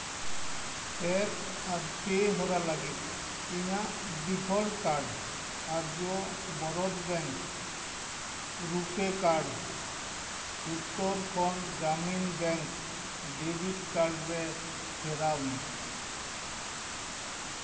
tap ᱟᱨ pay ᱦᱚᱨᱟ ᱞᱟᱹᱜᱤᱫ ᱤᱧᱟᱹᱜ ᱰᱤᱯᱷᱚᱞᱴ ᱠᱟᱨᱰ ᱟᱨᱡᱚ ᱵᱚᱨᱚ bank RuPay card Uttarakhand Gramin bank debit card ᱨᱮ ᱯᱷᱮᱨᱟᱣ ᱢᱮ